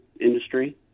industry